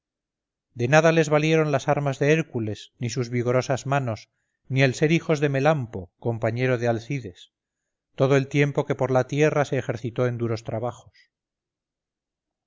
de nada les valieron las armas de hércules ni sus vigorosas manos ni el ser hijos de melampo compañero de alcides todo el tiempo que por la tierra se ejercitó en duros trabajos